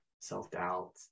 self-doubt